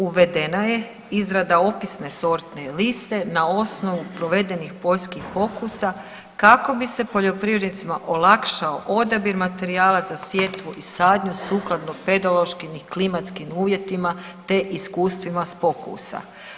Uvedena je izrada opisne sortne liste na osnovu provedenih poljskih pokusa kako bi se poljoprivrednicima olakšao odabir materijala za sjetvu i sadnju sukladno pedološkim i klimatskim uvjetima te iskustvima s pokusa.